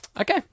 Okay